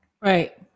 right